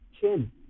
chin